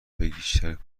بیشتر